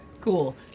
Cool